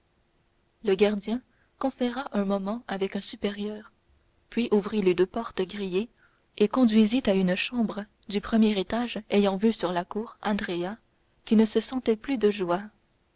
le gardien conféra un moment avec un supérieur puis ouvrit les deux portes grillées et conduisit à une chambre du premier étage ayant vue sur la cour andrea qui ne se sentait plus de joie